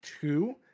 Two